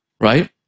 right